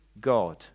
God